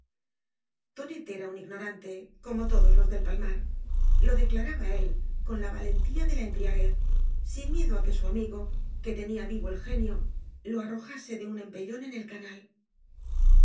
tonet era un ignorante como todos los del palmar lo declaraba él con la valentía de la embriaguez sin miedo á que su amigo que tenía vivo el genio lo arrojase da un empellón en el canal